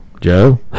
Joe